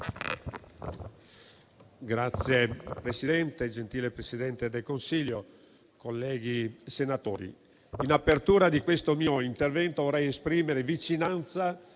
Signor Presidente, gentile Presidente del Consiglio, colleghi senatori, in apertura di questo mio intervento vorrei esprimere vicinanza